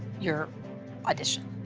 your audition.